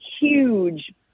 huge